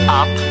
up